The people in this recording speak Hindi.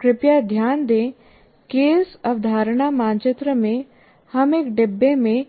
कृपया ध्यान दें कि इस अवधारणा मानचित्र में हम एक डिब्बा में